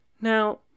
Now